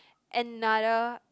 another